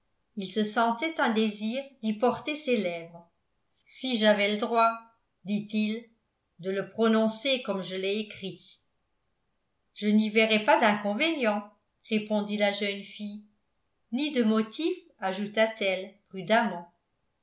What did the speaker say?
il se sentait un désir d'y porter ses lèvres si j'avais le droit dit-il de le prononcer comme je l'ai écrit je n'y verrais pas d'inconvénient répondit la jeune fille ni de motif ajouta-t-elle